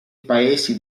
paesi